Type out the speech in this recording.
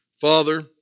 Father